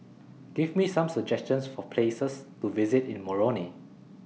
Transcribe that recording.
Give Me Some suggestions For Places to visit in Moroni